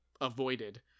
avoided